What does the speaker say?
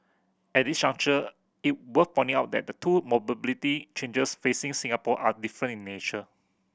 at this juncture it worth pointing out that the two mobility challenges facing Singapore are different in nature